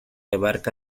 abarca